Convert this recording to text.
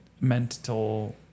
mental